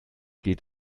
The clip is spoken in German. geht